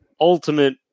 ultimate